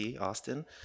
Austin